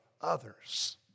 others